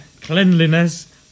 cleanliness